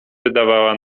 wydawała